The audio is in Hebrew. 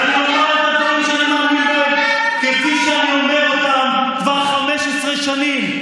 ואני אומר את הדברים שאני מאמין בהם כפי שאני אומר אותם כבר 15 שנים,